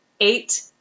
eight